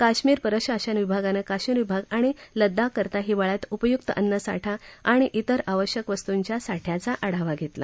कश्मीर प्रशासन विभागानं काश्मिर विभाग आणि लद्दाख करता हिवाळ्यात उपयुक्त अन्नसाठा आणि तिर आवश्यक वस्तूंच्या साठ्याचा आढावा घेतला